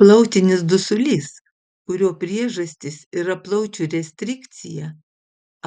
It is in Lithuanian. plautinis dusulys kurio priežastys yra plaučių restrikcija